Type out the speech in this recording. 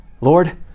Lord